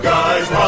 Guys